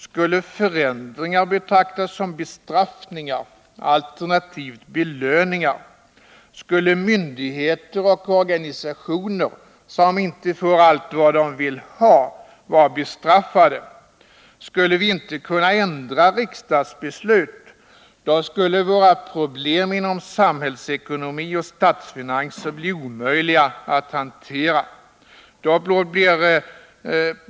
Skulle förändringar betraktas som bestraffningar, alternativt belöningar? Skulle myndigheter och organisationer som inte får allt vad de vill ha vara bestraffade? Om vi inte skulle kunna ändra riksdagsbeslut, skulle våra problem inom samhällsekonomi och statsfinanser bli omöjliga att hantera.